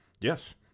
Yes